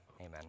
amen